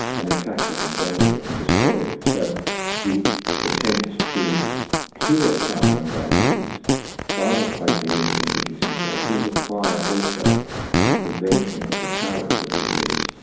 and attack it and damage it and destroy it. so the attempts to cure type i um diabetes by replacing insulin producing cells will require also the prevention of recurrence of disease.